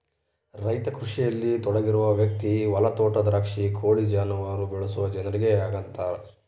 ರೈತ ಕೃಷಿಯಲ್ಲಿ ತೊಡಗಿರುವ ವ್ಯಕ್ತಿ ಹೊಲ ತೋಟ ದ್ರಾಕ್ಷಿ ಕೋಳಿ ಜಾನುವಾರು ಬೆಳೆಸುವ ಜನರಿಗೆ ಹಂಗಂತಾರ